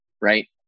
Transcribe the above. Right